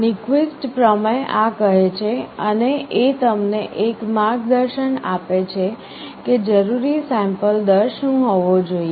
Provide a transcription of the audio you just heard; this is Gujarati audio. Nyquist પ્રમેય આ કહે છે અને એ તમને એક માર્ગદર્શન આપે છે કે જરૂરી સેમ્પલ દર શું હોવો જોઈએ